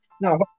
No